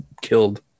killed